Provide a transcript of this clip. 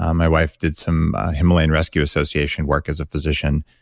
um my wife did some himalayan rescue association work as a physician.